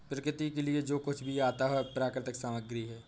प्रकृति के लिए जो कुछ भी आता है वह प्राकृतिक सामग्री है